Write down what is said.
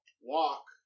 walk